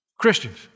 Christians